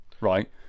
right